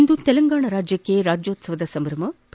ಇಂದು ತೆಲಂಗಾಣ ರಾಜ್ಯಕ್ಷೆ ರಾಜ್ಯೋತ್ಸವದ ಸಂಭವು